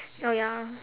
oh ya